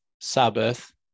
Sabbath